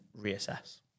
reassess